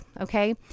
Okay